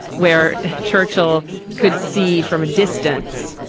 where churchill could see from a distance.